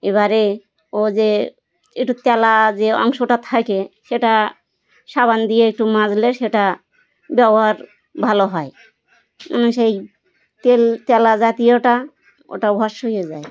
এবারে ও যে একটু তেলা যে অংশটা থাকে সেটা সাবান দিয়ে একটু মাজলে সেটা ব্যবহার ভালো হয় সেই তেল তেলা জাতীয়টা ওটা ভস্ম হয়ে যায়